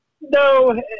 no